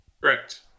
Correct